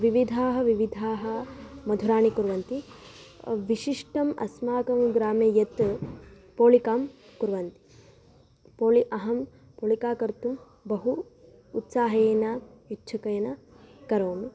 विविधानि विविधानि मधुराणि कुर्वन्ति विशिष्टम् अस्माकं ग्रामे यत् पोळिकां कुर्वन्ति पोळि अहं पोळिका कर्तुं बहु उत्साहेन इच्छुका करोमि